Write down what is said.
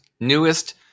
newest